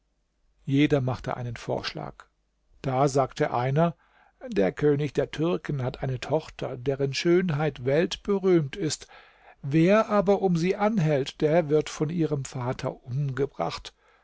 jeder machte einen vorschlag da sagte einer der könig der türken hat eine tochter deren schönheit weltberühmt ist wer aber um sie anhält der wird von ihrem vater umgebracht